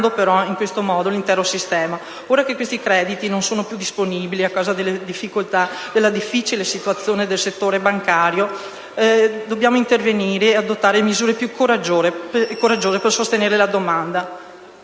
Ora che questi crediti non sono più disponibili, a causa della difficile situazione del settore bancario, dobbiamo inevitabilmente adottare misure più coraggiose per sostenere la domanda.